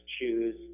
choose